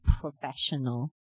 professional